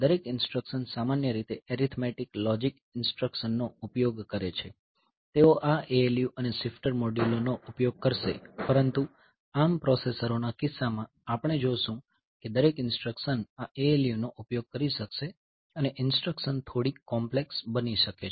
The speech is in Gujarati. દરેક ઇન્સટ્રકશન સામાન્ય રીતે એરિથમેટિક લોજીક ઇન્સટ્રકશનનો ઉપયોગ કરે છે તેઓ આ ALU અને શિફ્ટર મોડ્યુલો નો ઉપયોગ કરશે પરંતુ ARM પ્રોસેસરોના કિસ્સામાં આપણે જોશું કે દરેક ઇન્સટ્રકશન આ ALUનો ઉપયોગ કરી શકશે અને ઇન્સટ્રકશન થોડી કોમ્પ્લેક્સ બની શકે છે